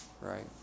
right